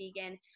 vegan